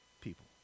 people